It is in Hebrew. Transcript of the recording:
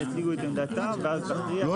יציגו את עמדתם ואז תכריע.